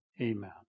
amen